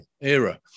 era